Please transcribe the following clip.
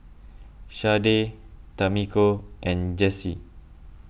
Sharday Tamiko and Jessye